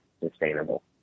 sustainable